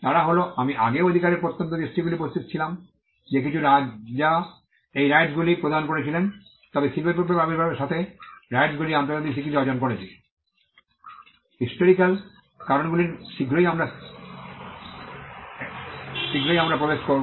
তারা হল আমি আগেও অধিকারের প্রত্যন্ত দৃষ্টান্তগুলি উপস্থিত ছিলাম যে কিছু রাজা এই রাইটসগুলি প্রদান করেছিলেন তবে শিল্প বিপ্লবের আবির্ভাবের সাথে রাইটসগুলি আন্তর্জাতিক স্বীকৃতি অর্জন করেছে হিস্টরিকাল কারণগুলির শীঘ্রই আমরা শিগগিরই এতে প্রবেশ করব